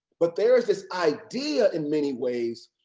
but there's this idea in many ways,